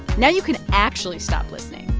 now you can actually stop listening,